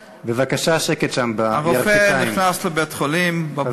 הרופא נכנס לבית-החולים בבוקר בבקשה שקט שם בירכתיים.